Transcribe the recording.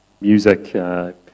music